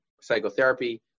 psychotherapy